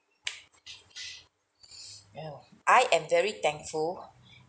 I am very thankful